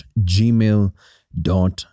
gmail.com